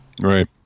Right